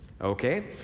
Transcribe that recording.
Okay